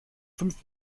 fünf